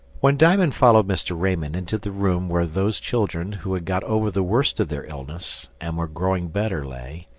when diamond followed mr. raymond into the room where those children who had got over the worst of their illness and were growing better lay,